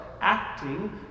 acting